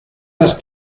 las